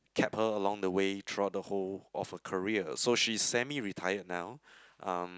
kept her along the way throughout the whole of her career so she's semi retired now um